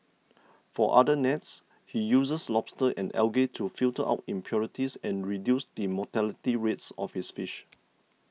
for other nets he uses lobsters and algae to filter out impurities and reduce the mortality rates of his fish